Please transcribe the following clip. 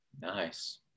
Nice